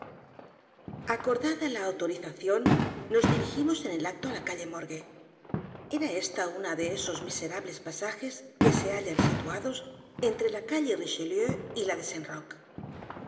acordada la autorización nos dirigimos en el acto á la calle morgue e r a ésta una de esos miserables pasajes que se hallan situados entre la calle richelieu y la de